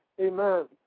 Amen